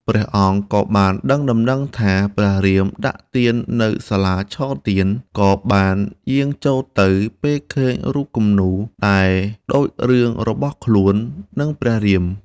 ព្រះអង្គក៏បានដឹងដំណឹងថាព្រះរៀមដាក់ទាននៅសាលាឆទាន ក៏បានយាងចូលទៅ ពេលឃើញរូបគំនូរដែលដូចរឿងរបស់ខ្លួន និងព្រះរៀម។